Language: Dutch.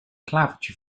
klavertje